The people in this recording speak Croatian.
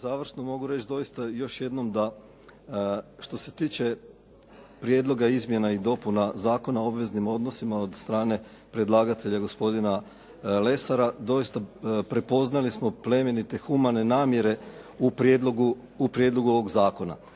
završno mogu reći dosita još jednom da što se tiče Prijedloga izmjena i dopuna Zakona o obveznim odnosima od strane predlagatelja gospodina Lesara doista prepoznali smo plemenite, humane namjere u prijedlogu ovog zakona.